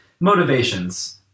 motivations